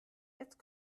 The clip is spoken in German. jetzt